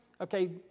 okay